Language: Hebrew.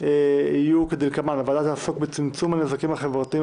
יהיו כדלקמן: הוועדה תעסוק בצמצום הנזקים החברתיים,